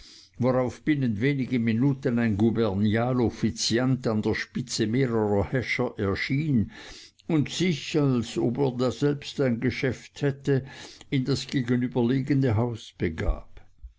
worauf binnen wenigen minuten ein gubernial offiziant an der spitze mehrerer häscher erschien und sich als ob er daselbst ein geschäft hätte in das gegenüberliegende haus begab